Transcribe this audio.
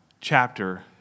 chapter